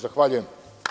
Zahvaljujem.